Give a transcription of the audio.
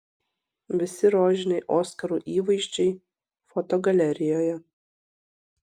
visi rožiniai oskarų įvaizdžiai fotogalerijoje